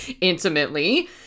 intimately